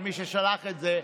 אלא אל מי ששלח את זה,